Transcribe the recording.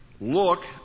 look